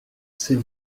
c’est